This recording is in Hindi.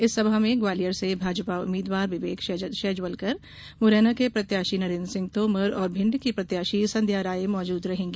इस सभा में ग्वालियर से भाजपा उम्मीदवार विवेक शेजवलकर मुरैना के प्रत्याशी नरेन्द्र सिंह तोमर और भिंड की प्रत्याशी संध्या राय मौजूद रहेंगी